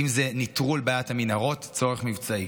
אם זה נטרול בעיית המנהרות, זה צורך מבצעי.